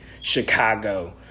Chicago